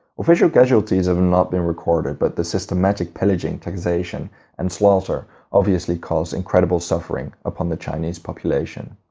official casualties have not been recorded but the systematic pillaging, taxation and slaughter obviously caused incredible suffering upon the chinese population.